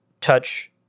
touch